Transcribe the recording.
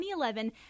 2011